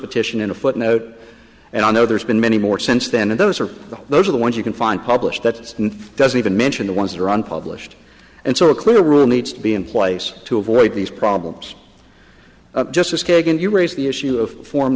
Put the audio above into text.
sion in a footnote and i know there's been many more since then and those are the those are the ones you can find published that doesn't even mention the ones that are unpublished and so a clear rule needs to be in place to avoid these problems of justice kagan you raise the issue of form